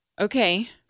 Okay